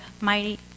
mighty